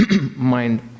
mind